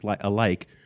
alike